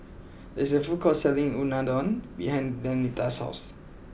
there is a food court selling Unadon behind Danita's house